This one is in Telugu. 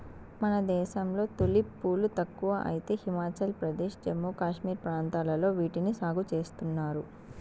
మన దేశంలో తులిప్ పూలు తక్కువ అయితే హిమాచల్ ప్రదేశ్, జమ్మూ కాశ్మీర్ ప్రాంతాలలో వీటిని సాగు చేస్తున్నారు